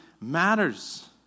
matters